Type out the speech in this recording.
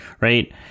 Right